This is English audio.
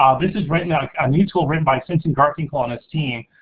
um this is right now a new tool written by simson garfinkel and his team,